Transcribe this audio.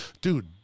dude